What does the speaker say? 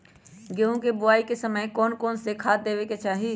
गेंहू के बोआई के समय कौन कौन से खाद देवे के चाही?